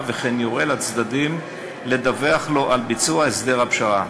וכן יורה לצדדים לדווח לו על ביצוע הסדר הפשרה.